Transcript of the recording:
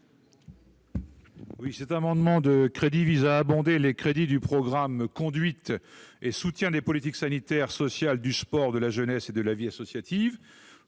? Cet amendement vise à abonder les crédits du programme « Conduite et soutien des politiques sanitaires, sociales, du sport, de la jeunesse et de la vie associative